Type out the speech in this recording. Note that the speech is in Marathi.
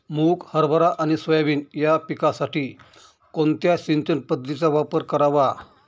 मुग, हरभरा आणि सोयाबीन या पिकासाठी कोणत्या सिंचन पद्धतीचा वापर करावा?